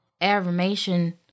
affirmation